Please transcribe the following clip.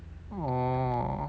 orh